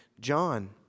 John